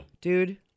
Dude